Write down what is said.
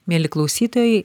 mieli klausytojai